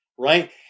right